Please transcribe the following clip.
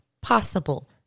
possible